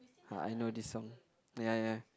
uh I know this song ya ya